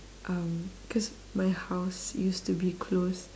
um cause my house used to be close